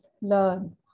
learn